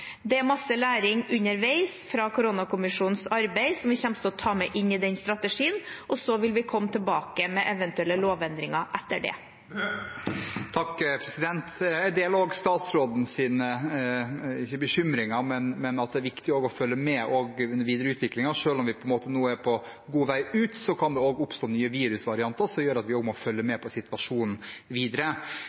Det er masse læring underveis fra koronakommisjonens arbeid som vi kommer til å ta med inn i den strategien, og så vil vi komme tilbake med eventuelle lovendringer etter det. Jeg deler statsrådens syn på at det er viktig å følge med på den videre utviklingen. Selv om vi på en måte nå er på god vei ut, kan det oppstå nye virusvarianter som gjør at vi må følge med på situasjonen videre.